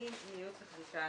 אני מייעוץ וחקיקה,